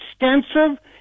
extensive